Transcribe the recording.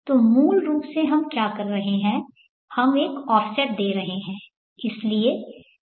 तो मूल रूप से हम क्या कर रहे हैं हम एक ऑफसेट दे रहे हैं